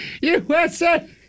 USA